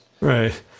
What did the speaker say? Right